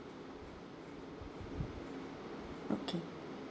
okay